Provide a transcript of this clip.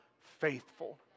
faithful